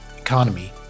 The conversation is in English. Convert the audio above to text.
economy